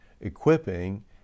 equipping